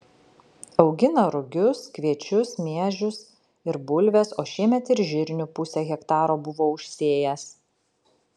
augina rugius kviečius miežius ir bulves o šiemet ir žirnių pusę hektaro buvo užsėjęs